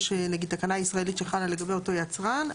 שיש נגיד תקנה ישראלית שחלה לגבי אותו יצרן,